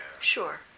sure